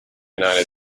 united